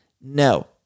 No